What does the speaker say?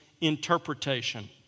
interpretation